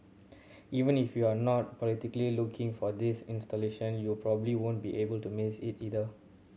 even if you are not politically looking for this installation you probably won't be able to miss it either